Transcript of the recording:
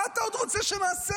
מה אתה עוד רוצה שנעשה?